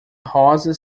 rosa